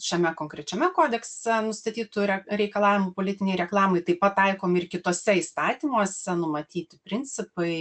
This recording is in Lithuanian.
šiame konkrečiame kodekse nustatytų reikalavimų politinei reklamai taip pat taikomi ir kituose įstatymuose numatyti principai